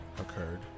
occurred